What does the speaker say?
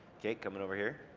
jake coming over here,